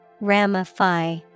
Ramify